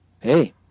hey